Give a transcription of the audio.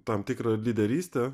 tam tikrą lyderystę